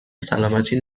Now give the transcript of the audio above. سلامتی